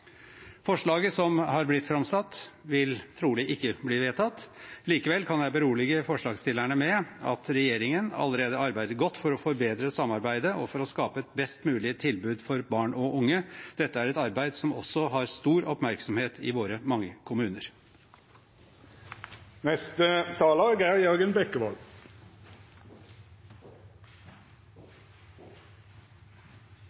Forslaget som har blitt framsatt, vil trolig ikke bli vedtatt. Likevel kan jeg berolige forslagsstillerne med at regjeringen allerede arbeider godt for å forbedre samarbeidet og for å skape et best mulig tilbud for barn og unge. Dette er et arbeid som også har stor oppmerksomhet i våre mange kommuner.